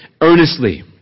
earnestly